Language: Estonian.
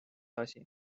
asi